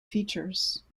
features